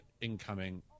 incoming